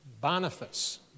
Boniface